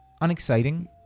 unexciting